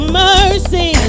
mercy